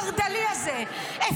ומהרגע שנכנס הזרם החרד"לי הזה הפרידו,